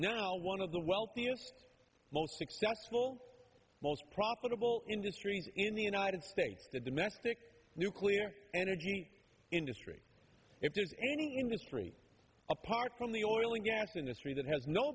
now one of the wealthiest most successful most profitable industries in the united states the domestic nuclear energy industry if there's any industry apart from the oil and gas industry that has no